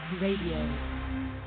Radio